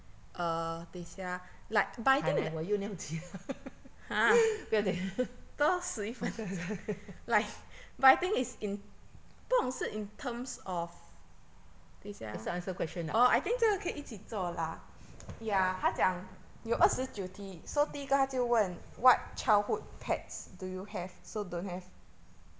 惨了我又尿急了 不要紧 也是要 answer question ah